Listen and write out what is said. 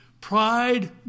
Pride